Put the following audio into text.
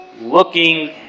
looking